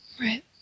Right